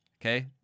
Okay